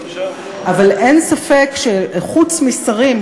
אבל אין ספק שחוץ משרים,